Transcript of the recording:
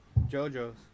JoJo's